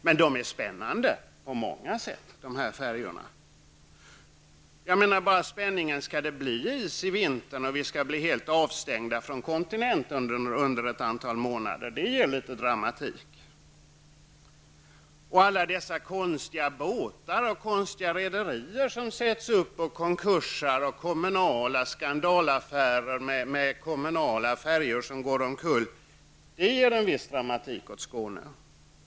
Men dessa färjor är spännande på många sätt. Blir det is en vinter och Sverige blir avstängt från kontinenten några månader skapas ju litet dramatik. Vidare har vi alla dessa konstiga båtar och rederier som dyker upp för att sedan gå i konkurs, skandalaffäarer med kommunala färjbolag som går omkull osv. Det ger en viss dramatik åt Skåne.